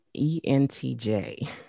ENTJ